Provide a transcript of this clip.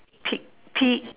peek P